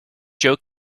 joe